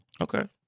okay